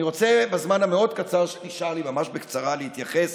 אני רוצה בזמן המאוד-קצר שנשאר לי ממש בקצרה להתייחס